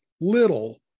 little